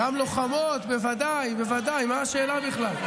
גם לוחמות, בוודאי, בוודאי, מה השאלה בכלל?